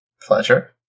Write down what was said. pleasure